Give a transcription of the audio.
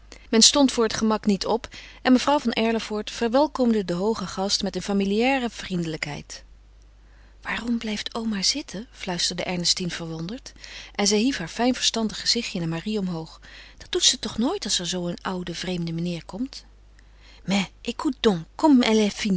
men stond voor het gemak niet op en mevrouw van erlevoort verwelkomde den hoogen gast met een familiaire vriendelijkheid waarom blijft oma zitten fluisterde ernestine verwonderd en zij hief haar fijn verstandig gezichtje naar marie omhoog dat doet ze toch nooit als er zoo een oude vreemde meneer komt mais écoute donc comme